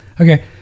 Okay